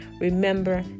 remember